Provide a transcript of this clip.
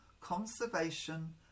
conservation